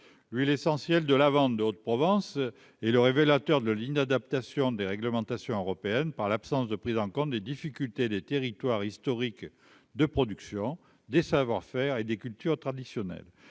l'huile essentielle de lavande de Haute-Provence est le révélateur de l'inadaptation des réglementations européennes par l'absence de prise en compte des difficultés des territoires historiques de production des savoir-faire et des cultures traditionnelles,